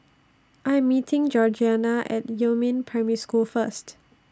I Am meeting Georgiana At Yumin Primary School First